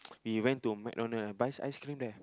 we went to MacDonald I buys ice cream there